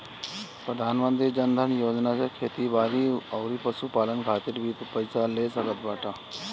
प्रधानमंत्री जन धन योजना से खेती बारी अउरी पशुपालन खातिर भी तू पईसा ले सकत बाटअ